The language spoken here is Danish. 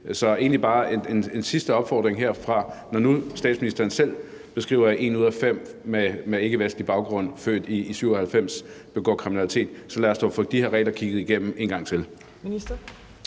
er egentlig bare en sidste opfordring til, at når nu statsministeren selv beskriver, at en ud af fem med ikkevestlig baggrund født i 1997 begår kriminalitet, at vi får kigget de her regler igennem en gang til.